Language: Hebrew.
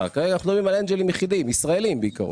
אנחנו מדברים על אנג'לים יחידים ישראלים בעיקרון,